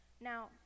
Now